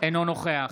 אינו נוכח